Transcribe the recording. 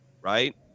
right